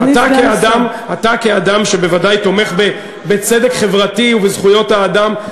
אתה כאדם שבוודאי תומך בצדק חברתי ובזכויות האדם,